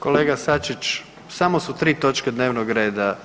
Kolega Sačić, samo su 3 točke dnevnog reda.